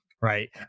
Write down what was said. right